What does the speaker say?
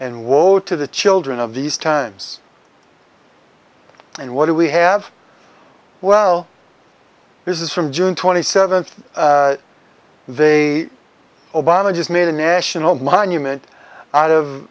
and woe to the children of these times and what do we have well this is from june twenty seventh they obama just made a national monument out